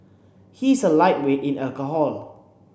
he is a lightweight in alcohol